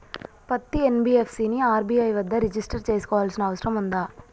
పత్తి ఎన్.బి.ఎఫ్.సి ని ఆర్.బి.ఐ వద్ద రిజిష్టర్ చేసుకోవాల్సిన అవసరం ఉందా?